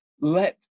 let